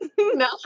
No